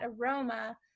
aroma